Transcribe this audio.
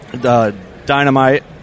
Dynamite